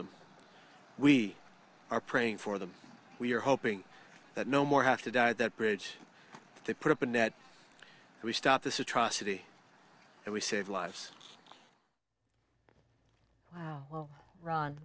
them we are praying for them we are hoping that no more have to die that bridge to put up a net we stop this atrocity and we save lives well ron